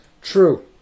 True